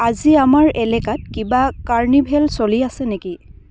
আজি আমাৰ এলেকাত কিবা কাৰ্নিভেল চলি আছে নেকি